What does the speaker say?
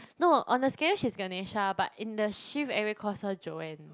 no on the schedule she's Ganesha but in the shift everybody calls her Joanne